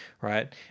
right